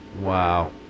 Wow